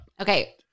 Okay